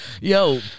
Yo